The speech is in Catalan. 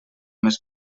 més